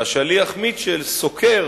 והשליח מיטשל סוקר